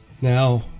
Now